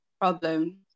problem